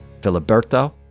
Filiberto